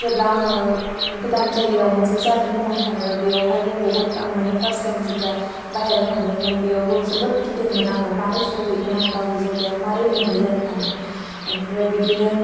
जेब्ला आङो गोदान जायगायाव मोनसे जारनि खालामनो थाङो बेयावहायबो बहुथ आं माने फार्स्ट टाइम जिथिया बाहेरायाव थांदोंमोन बेयावहायबो जोबोद गिदोंमोन आङो माबोरै सौहैगोन आं गावनि जायगायाव मारै मोनहैगोन होन्नानै बेनिफ्राय बिदिनो